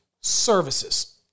services